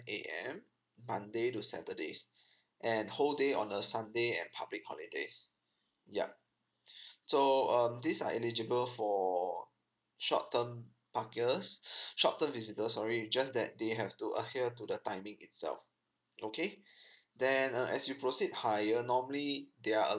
A_M monday to saturdays and whole day on a sunday and public holidays yup so um these are eligible for short term parkers short term visitors sorry just that they have to uh to adhere to the timing itself okay then uh as you proceed higher normally there are uh